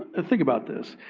ah think about this.